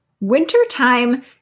Wintertime